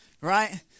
Right